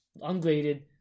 ungraded